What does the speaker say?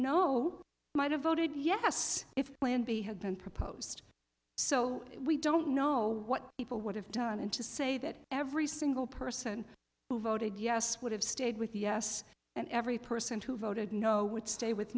no might have voted yes if plan b had been proposed so we don't know what people would have done to say that every single person who voted yes would have stayed with us and every person who voted no would stay with